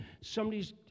somebody's